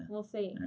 we'll say.